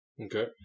Okay